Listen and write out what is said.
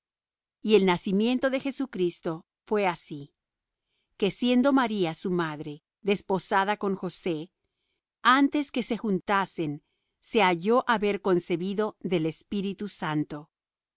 y el nacimiento de jesucristo fué así que siendo maría su madre desposada con josé antes que se juntasen se halló haber concebido del espíritu santo